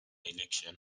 election